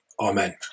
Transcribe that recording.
Amen